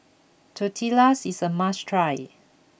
Tortillas is a must try